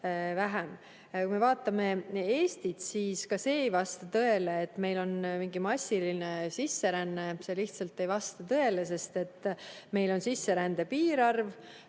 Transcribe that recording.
Kui me vaatame Eestit, siis ka see ei vasta tõele, et meil on mingi massiline sisseränne. See lihtsalt ei vasta tõele. Meil on kehtestatud sisserände piirarv